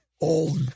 old